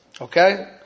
Okay